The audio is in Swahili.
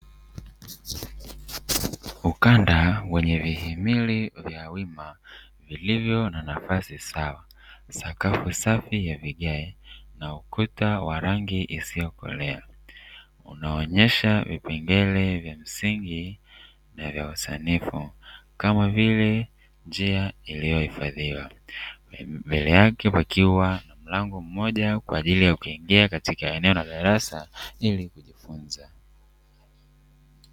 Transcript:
Ukanda wenye vihimili vya wima vilivyo na nafasi sawa, sakafu safi ya vigae, na ukuta wa rangi isiyokolea. Unaonyesha vipengele vya msingi na vya usaniifu kama vile njia iliyohifadhiwa. Mbele yake pakiwa na mlango mmoja kwa ajili ya kuingia katika eneo la darasa ili kujifunza.